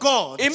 God